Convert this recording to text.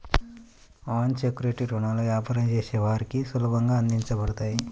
అన్ secured రుణాలు వ్యాపారం చేసే వారికి సులభంగా అందించబడతాయి